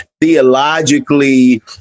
theologically